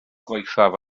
gwaethaf